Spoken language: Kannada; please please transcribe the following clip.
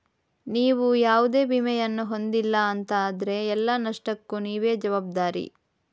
ನೀವು ಯಾವುದೇ ವಿಮೆಯನ್ನ ಹೊಂದಿಲ್ಲ ಅಂತ ಆದ್ರೆ ಎಲ್ಲ ನಷ್ಟಕ್ಕೂ ನೀವೇ ಜವಾಬ್ದಾರಿ